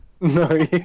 No